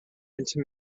into